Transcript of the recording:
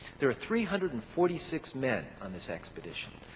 there are three hundred and forty six men on this expedition.